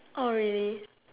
oh really